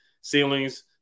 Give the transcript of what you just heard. ceilings